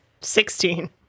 Sixteen